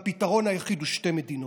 והפתרון היחיד הוא שתי מדינות.